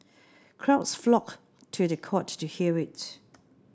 crowds flocked to the court to hear it